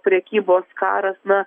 prekybos karas na